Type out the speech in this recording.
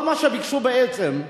כל מה שביקשו בעצם,